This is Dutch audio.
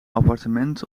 appartement